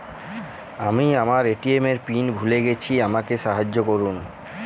আমি আমার ATM PIN ভুলে গেছি আমাকে সাহায্য করুন